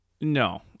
no